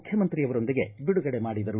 ಮುಖ್ಯಮಂತ್ರಿಯವರೊಂದಿಗೆ ಬಿಡುಗಡೆ ಮಾಡಿದರು